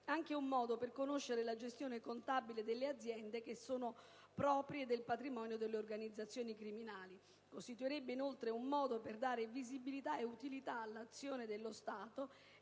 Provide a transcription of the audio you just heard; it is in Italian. un modo per conoscere la gestione contabile delle aziende che sono proprie del patrimonio delle organizzazioni criminali, oltre che un modo per dare visibilità e utilità all'azione dello Stato